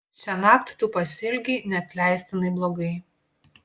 šiąnakt tu pasielgei neatleistinai blogai